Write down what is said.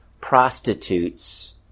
prostitutes